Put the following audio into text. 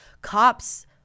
cops